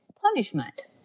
punishment